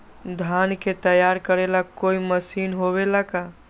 धान के तैयार करेला कोई मशीन होबेला का?